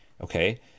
Okay